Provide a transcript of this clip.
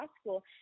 school